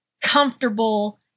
comfortable